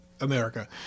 America